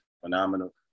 phenomenal